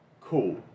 Cool